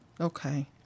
Okay